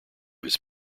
his